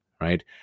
Right